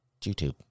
YouTube